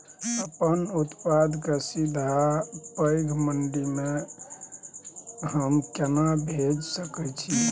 अपन उत्पाद के सीधा पैघ मंडी में हम केना भेज सकै छी?